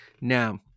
Now